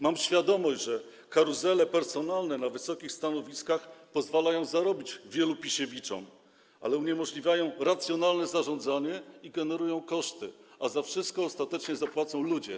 Mam świadomość, że karuzele personalne na wysokich stanowiskach pozwalają zarobić wielu Pisiewiczom, ale uniemożliwiają racjonalne zarządzanie i generują koszty, a za wszystko ostatecznie zapłacą ludzie.